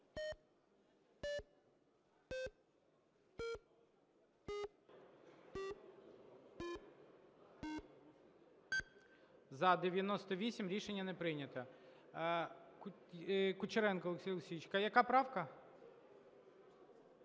За-98 Рішення не прийнято. Кучеренко Олексій Олексійович, яка правка?